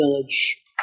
village